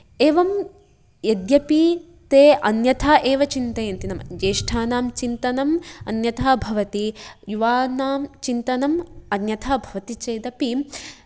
एवं यद्यपि ते अन्यथा एव चिन्तयन्ति नाम ज्येष्ठानां चिन्तनम् अन्यथा भवति युवानां चिन्तनम् अन्यथा भवति चेत् अपि